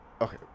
okay